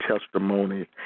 testimony